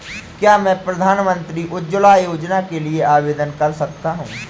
क्या मैं प्रधानमंत्री उज्ज्वला योजना के लिए आवेदन कर सकता हूँ?